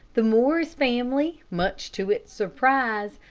the morris family, much to its surprise,